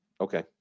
Okay